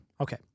Okay